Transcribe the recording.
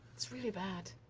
it's really bad.